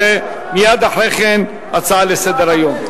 ומייד אחרי כן הצעה לסדר-היום.